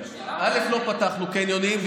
לא פתחנו קניונים,